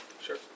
Sure